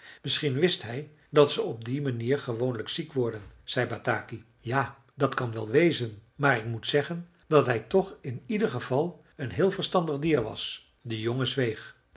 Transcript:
misschien wist hij dat ze op die manier gewoonlijk ziek worden zei bataki ja dat kan wel wezen maar ik moet zeggen dat hij toch in ieder geval een heel verstandig dier was de jongen zweeg